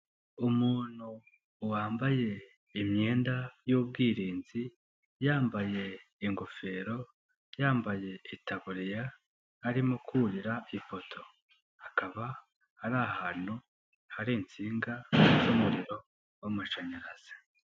Umuntu wambaye imyenda y'ubwirinzi, yambaye ingofero, yambaye itaburiya arimo kurira ipoto. Akaba ari ahantu hari insinga z'umuriro w'amashanyarazi.